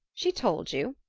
she told you?